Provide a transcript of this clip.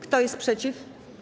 Kto jest przeciw?